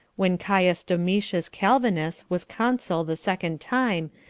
when caius domitius calvinus was consul the second time,